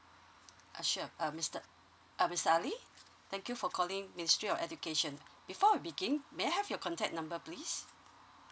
sure uh mister ali thank you for calling ministry of education before we begin may I have your contact number please